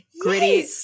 gritty